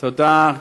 תודה,